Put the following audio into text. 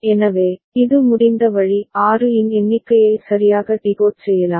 எனவே இது முடிந்த வழி 6 இன் எண்ணிக்கையை சரியாக டிகோட் செய்யலாம்